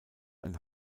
ein